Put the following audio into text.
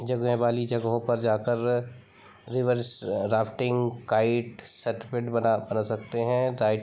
जगह वाली जगहों पर जाकर रिवर्स राफ़्टिंग काइट सतपिट बना बना सकते हैं राइट